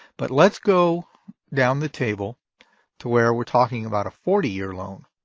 but let's go down the table to where we're talking about a forty year loan.